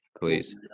Please